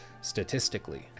statistically